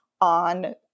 on